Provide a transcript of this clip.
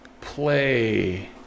play